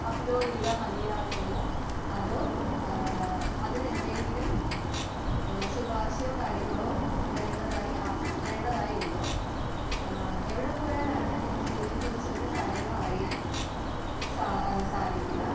upload ചെയ്താൽ മതിയാകുമോ അതോ അതിനെന്തെങ്കിലും ശുപാർശയോ കാര്യങ്ങളോ വേണ്ടതായി ആ വേണ്ടതായുണ്ടോ എവിടെപ്പോയാലാണ് എനിക്കിതിനെക്കുറിച്ചൊക്കെ കാര്യങ്ങൾ അറിയാൻ സാധിക്കുക